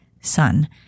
son